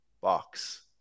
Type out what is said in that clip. box